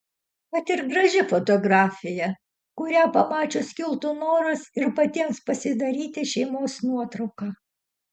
kad ir graži fotografija kurią pamačius kiltų noras ir patiems pasidaryti šeimos nuotrauką